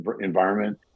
environment